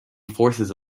forces